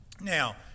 Now